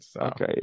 Okay